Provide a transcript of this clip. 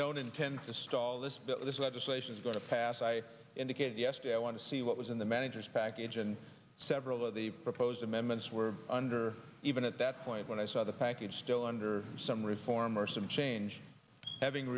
don't intend to stall this legislation is going to pass i indicated yesterday i want to see what was in the manager's package and several of the proposed amendments were under even at that point when i saw the package still under some reform or some change having